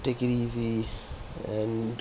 take it easy and